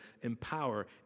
empower